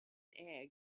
egg